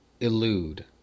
elude